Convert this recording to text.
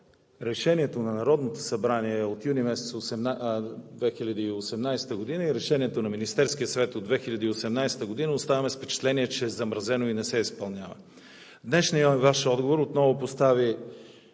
решението на Народното събрание от юни месец 2018 г., и решението на Министерския съвет от 2018 г. оставаме с впечатление, че е замразено и не се изпълнява. Днешният Ваш отговор отново постави